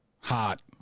Hot